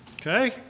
okay